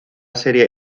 serie